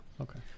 okay